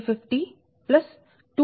335 23 MW